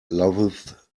loveth